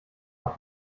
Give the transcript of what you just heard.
doch